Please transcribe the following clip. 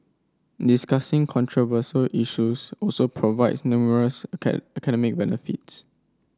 discussing controversial issues also provides numerous academic benefits